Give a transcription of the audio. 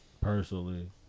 personally